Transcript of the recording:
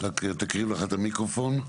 אני אתחיל לדבר על השקף הראשון,